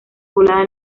poblada